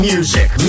Music